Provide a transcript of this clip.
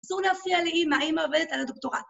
אסור להפריע לאמא, אמא עובדת על הדוקטורט